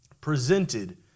presented